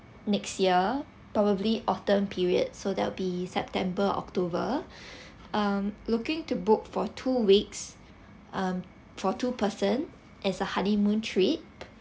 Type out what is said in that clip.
next year probably autumn period so there'll be september october um looking to book for two weeks um for two person it's a honeymoon trip